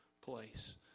place